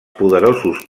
poderosos